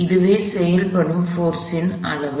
இதுவே செயல்படும் போர்ஸ் இன் அளவு